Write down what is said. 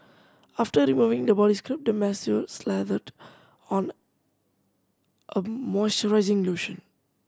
after removing the body scrub the masseur slathered on a moisturizing lotion